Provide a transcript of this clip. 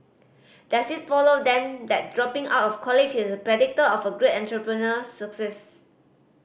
does it follow then that dropping out of college is a predictor of great entrepreneurial success